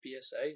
PSA